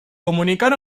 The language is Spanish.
comunicar